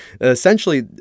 essentially